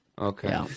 Okay